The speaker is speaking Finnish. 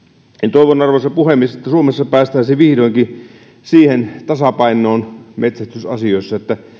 toivon arvoisa puhemies että suomessa päästäisiin vihdoinkin siihen tasapainoon metsästysasioissa että